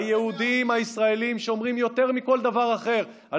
היהודים הישראלים שומרים יותר מכל דבר אחר על